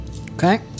Okay